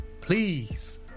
Please